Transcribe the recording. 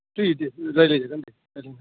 free दे रायलाय जागोन दे रायलायनो हागोन